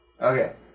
Okay